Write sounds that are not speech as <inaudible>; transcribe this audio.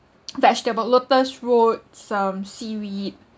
<noise> vegetable lotus root some seaweed